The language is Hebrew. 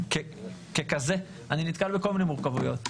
וככזה אני נתקל בכל מיני מורכבויות.